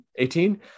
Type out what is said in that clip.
18